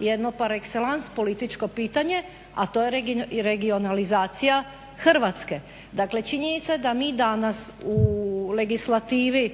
jednu par exellance političko pitanje, a to je regionalizacija Hrvatske. Dakle činjenica je da mi danas u legislativi